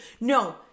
No